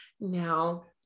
now